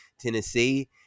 tennessee